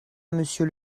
monsieur